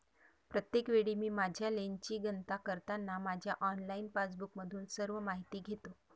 प्रत्येक वेळी मी माझ्या लेनची गणना करताना माझ्या ऑनलाइन पासबुकमधून सर्व माहिती घेतो